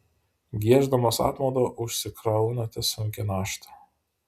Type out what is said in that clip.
gieždamas apmaudą užsikraunate sunkią naštą